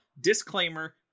disclaimer